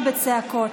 בצעקות.